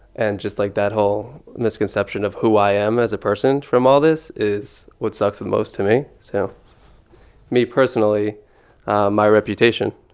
and just, like, that whole misconception of who i am as a person from all this is what sucks the most to me. so me personally my reputation,